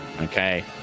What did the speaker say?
okay